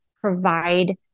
provide